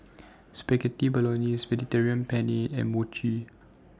Spaghetti Bolognese Mediterranean Penne and Mochi